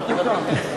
נבטל את ההסכם.